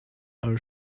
our